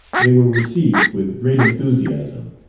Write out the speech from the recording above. they were received with great enthusiasm,